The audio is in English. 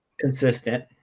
consistent